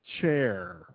chair